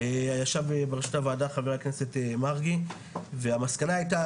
ישב בראשות הוועדה חה"כ מרגי והמסקנה הייתה,